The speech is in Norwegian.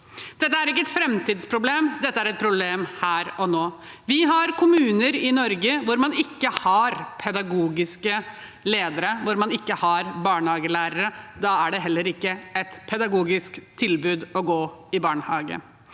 Dette er ikke et framtidsproblem, dette er et problem her og nå. Vi har kommuner i Norge hvor man ikke har pedagogiske ledere, hvor man ikke har barnehagelærere. Da er det heller ikke et pedagogisk tilbud å gå i barnehage.